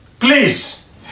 Please